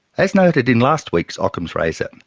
as noted in last week's ockham's razor,